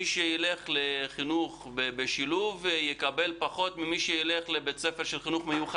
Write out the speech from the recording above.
ומי שילך לשילוב בחינוך יקבל פחות ממי שילך לבית ספר לחינוך מיוחד?